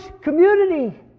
community